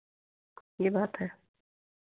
ये बात है